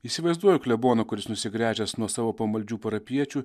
įsivaizduoju kleboną kuris nusigręžęs nuo savo pamaldžių parapijiečių